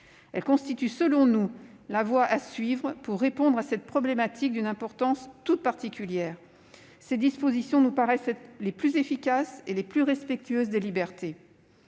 Elle constitue, selon nous, la voie à suivre pour répondre à cette problématique d'une importance toute particulière. Ces dispositions nous paraissent être les plus efficaces et les plus respectueuses des libertés.